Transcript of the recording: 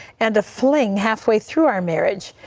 and a fling halfway through our marriage.